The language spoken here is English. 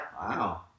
Wow